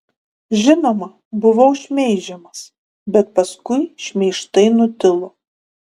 žinoma buvau šmeižiamas bet paskui šmeižtai nutilo